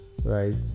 Right